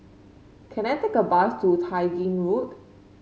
can I take a bus to Tai Gin Road